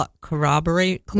corroborate